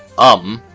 um.